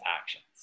actions